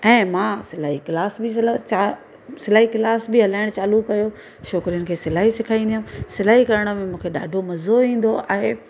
ऐं मां सिलाई क्लास बि सिलाई चा सिलाई क्लास बि हलाइण चालू कयो छोकिरियुनि खे सिलाई सेखारींदी हुअमि सिलाई करण में मूंखे ॾाढो मज़ो ईंदो आहे